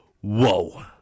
whoa